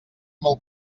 molt